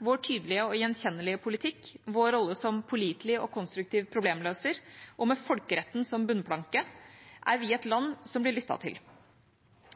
vår tydelige og gjenkjennelige politikk, vår rolle som pålitelig og konstruktiv problemløser og med folkeretten som bunnplanke er vi et land som blir lyttet til.